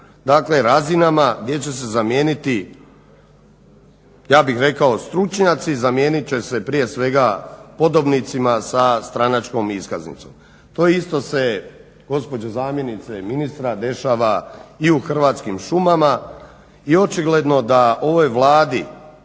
dakle razinama gdje će se zamijeniti ja bih rekao stručnjaci, zamijenit će se prije svega podobnicima sa stranačkom iskaznicom. To isto se gospođo zamjenice ministra dešava i u Hrvatskim šumama i očigledno da ovoj Vladi